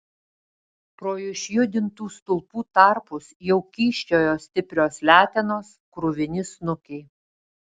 pro išjudintų stulpų tarpus jau kyščiojo stiprios letenos kruvini snukiai